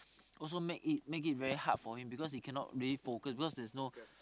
also make it make it very hard for him because he cannot really focus because there's no